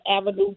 Avenue